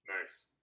Nice